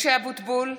(קוראת בשמות חברי הכנסת) משה אבוטבול,